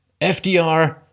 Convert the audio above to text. FDR